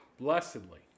Blessedly